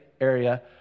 area